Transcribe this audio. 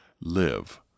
live